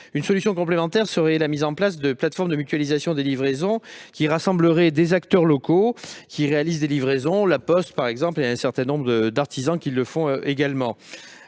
Une solution complémentaire serait la mise en place de plateformes de mutualisation des livraisons qui rassembleraient des acteurs locaux qui réalisent des livraisons- La Poste, par exemple -et un certain nombre d'artisans qui les font également.